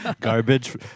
Garbage